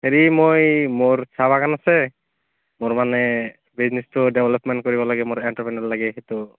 হেৰি মই মোৰ চাহ বাগন আছে মোৰ মানে বিজনেছটো ডেভেলপমেণ্ট কৰিব লাগে মোৰ এণ্ট্ৰপ্ৰনৰ লাগে সেইটো